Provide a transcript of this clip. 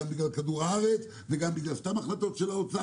גם בגלל כדור הארץ וגם בגלל סתם החלטות של האוצר.